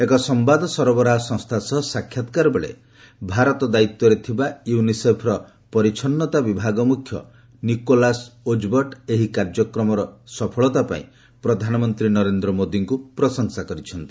ଏକ ସମ୍ବାଦ ସରବରାହ ସଂସ୍ଥା ସହ ସାକ୍ଷାତକାର ବେଳେ ଭାରତ ଦାୟିତ୍ୱରେ ଥିବା ୟୁନିସେଫ୍ର ପରିଚ୍ଛନ୍ନତା ବିଭାଗ ମୁଖ୍ୟ ନିକୋଲାସ୍ ଓଜ୍ବଟ୍ ଏହି କାର୍ଯ୍ୟକ୍ରମର ସଫଳତା ପାଇଁ ପ୍ରଧାନମନ୍ତ୍ରୀ ନରେନ୍ଦ୍ର ମୋଦିଙ୍କୁ ପ୍ରଶଂସା କରିଛନ୍ତି